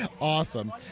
Awesome